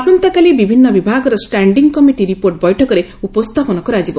ଆସନ୍ତାକାଲି ବିଭିନ୍ ବିଭାଗର ଷ୍ଟାଣ୍ଡିଂ କମିଟି ରିପୋର୍ଟ ବୈଠକରେ ଉପସ୍ରାପନ କରାଯିବ